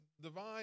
divine